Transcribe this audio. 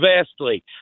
Vastly